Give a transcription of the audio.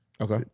Okay